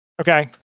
Okay